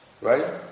right